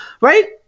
right